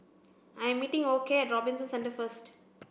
I'm meeting Okey at Robinson Centre first